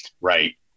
Right